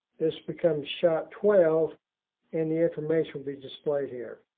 this becomes shot twelve and the information will be displayed here.